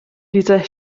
dieser